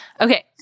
Okay